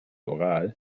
oral